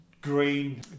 Green